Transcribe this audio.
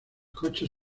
coches